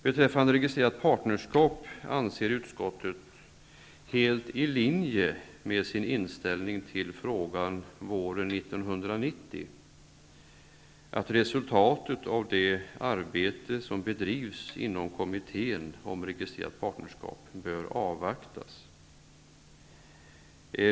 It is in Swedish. Beträffande registrerat partnerskap anser utskottet, helt i linje med sin inställning till frågan våren 1990, att resultatet av det arbete som bedrivs inom kommittén om registrerat partnerskap bör avvaktas.